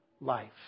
life